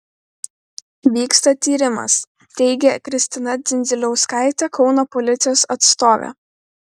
vyksta tyrimas teigė kristina dzindziliauskaitė kauno policijos atstovė